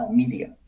media